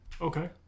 okay